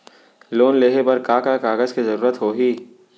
Loan लेहे बर का का कागज के जरूरत होही?